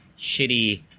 shitty